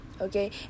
Okay